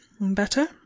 better